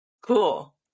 cool